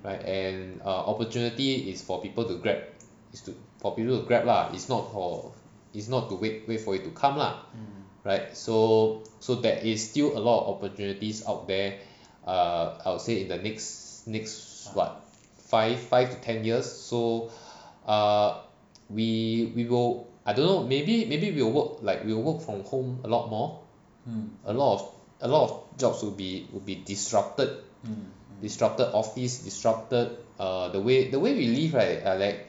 right and err opportunity is for people to grab is for people to grab lah is not for is not to wait wait for it to come lah right so so there is still a lot of opportunities out there err I would say in the next next what five five to ten years so err we we will I don't know maybe maybe we'll work like we'll work from home a lot more m- a lot of a lot of jobs will be will be disrupted disrupted office disrupted err the way the way we live right ah like